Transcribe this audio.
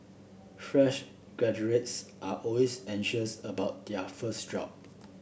fresh graduates are always anxious about their first job